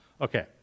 Okay